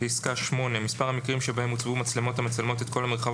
פסקה (8): "מספר המקרים שבהם הוצבו מצלמות המצלמות את כל המרחב